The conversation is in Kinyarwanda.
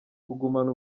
kugumana